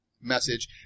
message